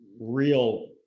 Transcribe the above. Real